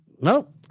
No